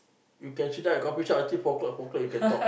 you can see down at the coffee shop until four o-clock four o-clock you can talk